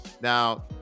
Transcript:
Now